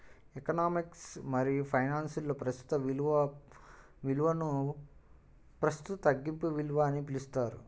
economics మరియుఫైనాన్స్లో, ప్రస్తుత విలువనుప్రస్తుత తగ్గింపు విలువ అని పిలుస్తారు